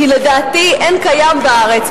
כי לדעתי אין קיים בארץ,